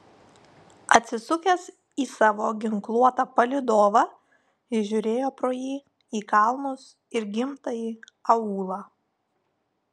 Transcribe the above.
atsisukęs į savo ginkluotą palydovą jis žiūrėjo pro jį į kalnus ir gimtąjį aūlą